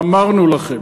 אמרנו לכם.